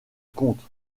compte